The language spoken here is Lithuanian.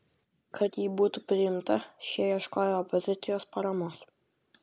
kad ji būtų priimta šie ieškojo opozicijos paramos